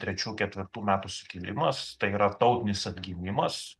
trečių ketvirtų metų sukilimas tai yra tautinis atgimimas